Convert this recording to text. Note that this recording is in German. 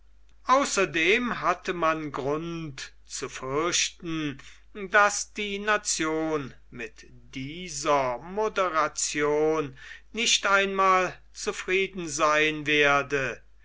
außerdem hatte man grund zu fürchten daß die nation mit dieser moderation nicht einmal zufrieden sein werde